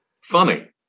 funny